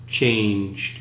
changed